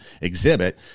exhibit